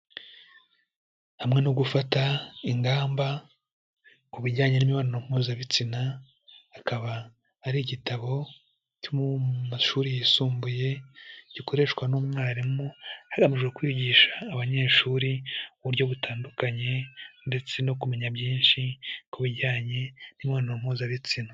Hamwe no gufata ingamba ku bijyanye n'imibonano mpuzabitsina, akaba ari igitabo cyo mu mashuri yisumbuye gikoreshwa n'umwarimu hagamijwe kwigisha abanyeshuri uburyo butandukanye, ndetse no kumenya byinshi ku bijyanye n'imibonano mpuzabitsina.